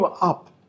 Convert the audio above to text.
up